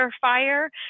fire